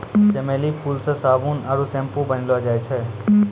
चमेली फूल से साबुन आरु सैम्पू बनैलो जाय छै